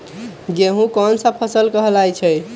गेहूँ कोन सा फसल कहलाई छई?